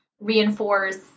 reinforce